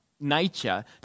nature